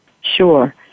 Sure